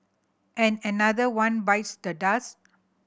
and another one bites the dust